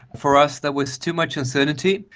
for us there was too much uncertainty,